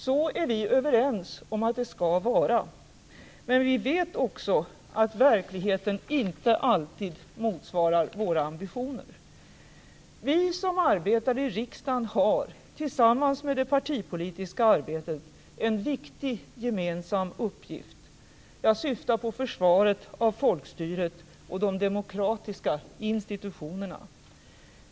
Så är vi överens om att det skall vara, men vi vet också att verkligheten inte alltid motsvarar våra ambitioner. Vi som arbetar i riksdagen har tillsammans med det partipolitiska arbetet en viktig gemensam uppgift. Jag syftar på försvaret av folkstyret och de demokratiska institutionerna.